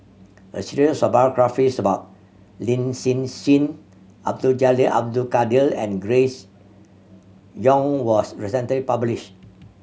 a series of biographies about Lin Hsin Hsin Abdul Jalil Abdul Kadir and Grace Young was recently publish